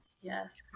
Yes